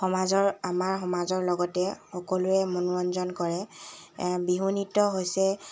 সমাজৰ আমাৰ সমাজৰ লগতে সকলোৱে মনোৰঞ্জন কৰে বিহু নৃত্য হৈছে